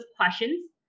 questions